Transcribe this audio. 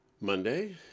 Monday